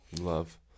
love